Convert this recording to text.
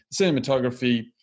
cinematography